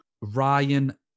Ryan